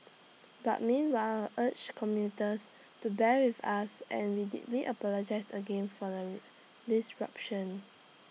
but meanwhile urge commuters to bear with us and we deeply apologise again for the disruption